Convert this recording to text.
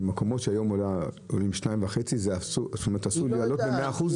מכך שבמקומות שהיום זה עולה 2.5 התעריף עלול לעלות ב-100%?